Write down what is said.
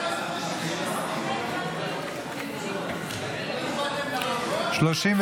חוק שוברים להשלמת לימודי בסיס בחינוך הבלתי-פורמלי,